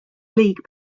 league